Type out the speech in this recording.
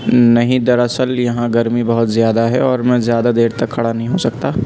نہیں دراصل یہاں گرمی بہت زیادہ ہے اور میں زیادہ دیر تک کھڑا نہیں ہو سکتا